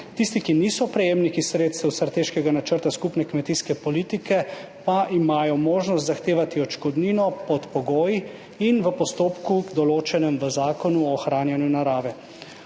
Tisti, ki niso prejemniki sredstev Strateškega načrta skupne kmetijske politike, pa imajo možnost zahtevati odškodnino pod pogoji in v postopku, določenem v Zakonu o ohranjanju narave.